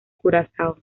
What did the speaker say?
curazao